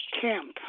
camp